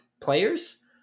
players